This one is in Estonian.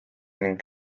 ning